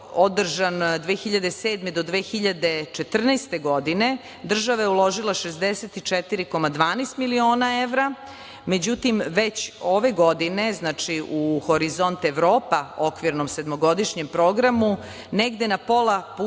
održan 2007. do 2014. godine, država je uložila 64,12 miliona evra. Međutim, već ove godine u „Horizont Evropa“, okvirnom sedmogodišnjem programu, negde na pola